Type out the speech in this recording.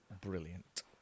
brilliant